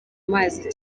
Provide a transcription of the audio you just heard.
mazi